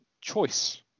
choice